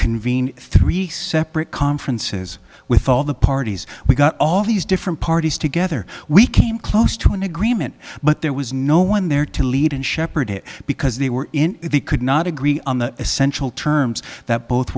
convene three separate conferences with all the parties we got all these different parties together we came close to an agreement but there was no one there to lead and shepherd it because they were in the could not agree on the essential terms that both